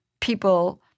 people